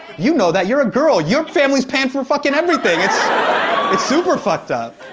you know that. you're a girl. your family's paying for fucking everything. it's it's super fucked up.